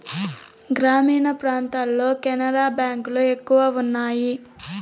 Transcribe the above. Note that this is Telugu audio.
గ్రామీణ ప్రాంతాల్లో కెనరా బ్యాంక్ లు ఎక్కువ ఉన్నాయి